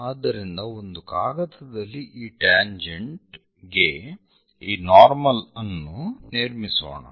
ಆದ್ದರಿಂದ ಒಂದು ಕಾಗದದಲ್ಲಿ ಈ ಟ್ಯಾಂಜೆಂಟ್ ಗೆ ಈ ನಾರ್ಮಲ್ ಅನ್ನು ನಿರ್ಮಿಸೋಣ